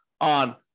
on